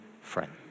friend